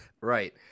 Right